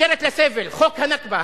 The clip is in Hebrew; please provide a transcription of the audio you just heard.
מתנכרת לסבל, חוק הנכבה.